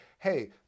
Hey